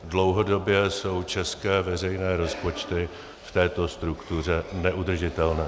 Dlouhodobě jsou české veřejné rozpočty v této struktuře neudržitelné.